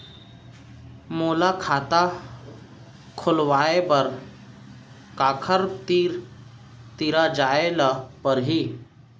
मोला खाता खोलवाय बर काखर तिरा जाय ल परही?